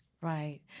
right